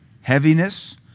heaviness